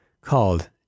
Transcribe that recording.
called